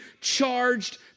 charged